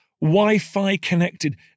Wi-Fi-connected